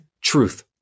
truth